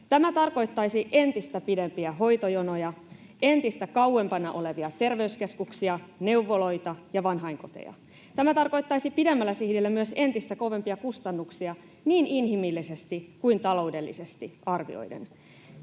Tämä tarkoittaisi entistä pidempiä hoitojonoja sekä entistä kauempana olevia terveyskeskuksia, neuvoloita ja vanhainkoteja. Tämä tarkoittaisi pidemmällä sihdillä myös entistä kovempia kustannuksia niin inhimillisesti kuin taloudellisesti arvioiden.